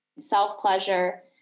self-pleasure